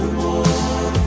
more